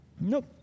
Nope